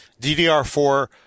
DDR4